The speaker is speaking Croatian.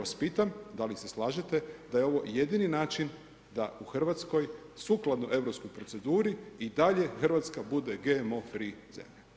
Ja vas pitam, da li se slažete da je ovo jedini način da u Hrvatskoj sukladno europskoj proceduri, da Hrvatska bude GMO free zemlja.